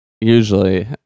usually